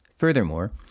Furthermore